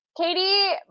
Katie